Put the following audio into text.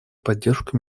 поддержку